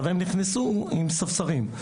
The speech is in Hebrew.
הם נכנסו עם ספסרים.